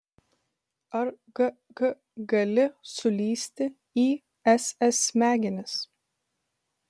ar g g gali sulįsti į s s smegenis